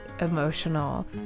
emotional